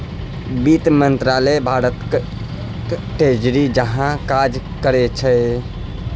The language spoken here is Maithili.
बित्त मंत्रालय भारतक ट्रेजरी जकाँ काज करै छै